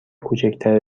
کوچک